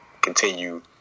continue